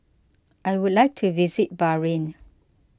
I would like to visit Bahrain